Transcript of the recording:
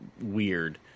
weird